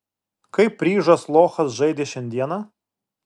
kaip ryžas lochas žaidė šiandieną